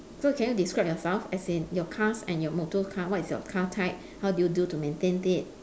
so can you describe yourself as in your cars and your motor car what is your car type how do you do to maintain it